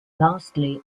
lastly